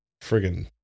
Friggin